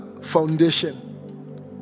foundation